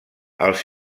els